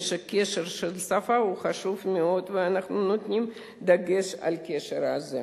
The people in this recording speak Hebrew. קשר של שפה הוא חשוב מאוד ואנחנו נותנים דגש על קשר זה.